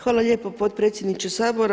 Hvala lijepo potpredsjedniče Sabora.